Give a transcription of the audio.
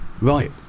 Right